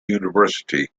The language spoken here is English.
university